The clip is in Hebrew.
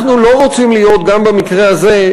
אנחנו לא רוצים להיות גם במקרה הזה,